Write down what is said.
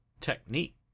technique